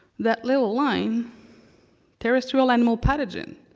that little line terrestrial animal pathogen.